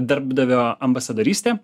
darbdavio ambasadorystė